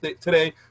today